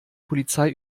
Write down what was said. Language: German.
polizei